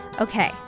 Okay